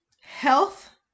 Health